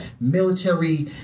military